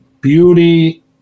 beauty